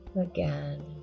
Again